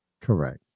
Correct